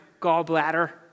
gallbladder